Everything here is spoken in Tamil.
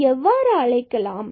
இதனை எவ்வாறு அழைக்கலாம்